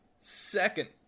Second